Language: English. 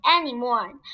anymore